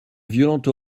violente